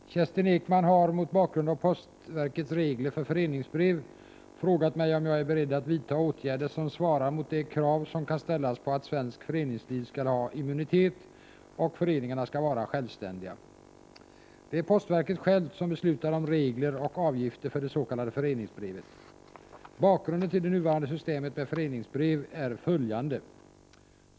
Fru talman! Kerstin Ekman har — mot bakgrund av postverkets regler för föreningsbrev — frågat mig om jag är beredd att vidta åtgärder som svarar mot de krav som kan ställas på att svenskt föreningsliv skall ha immunitet och föreningarna skall vara självständiga. Det är postverket självt som beslutar om regler och avgifter för det s.k. föreningsbrevet. Bakgrunden till det nuvarande systemet med föreningsbrev är följande.